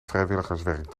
vrijwilligerswerk